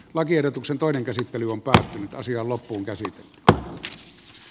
lakiehdotuksen toinen käsittely on paha asia loppuunkäsi alhaalla